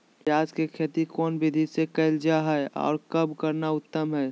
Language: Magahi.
प्याज के खेती कौन विधि से कैल जा है, और कब करना उत्तम है?